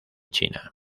china